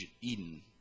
Eden